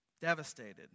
Devastated